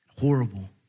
horrible